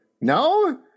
No